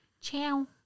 Ciao